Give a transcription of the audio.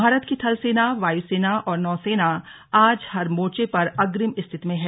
भारत की थल सेना वायु सेना और नौसेना आज हर मोर्चे पर अग्रिम स्थिति में है